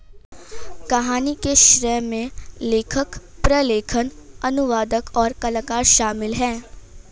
कहानी के श्रेय में लेखक, प्रलेखन, अनुवादक, और कलाकार शामिल हैं